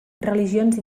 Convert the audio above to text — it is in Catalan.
religions